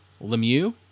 Lemieux